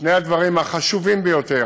שני הדברים החשובים ביותר,